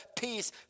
peace